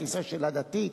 הכיסא של הדתי.